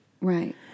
Right